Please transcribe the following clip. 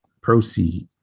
proceed